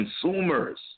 consumers